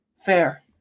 Fair